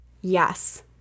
Yes